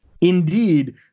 Indeed